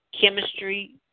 chemistry